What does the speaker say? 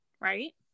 right